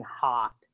hot